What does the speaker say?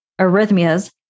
arrhythmias